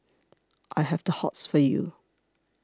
I have the hots for you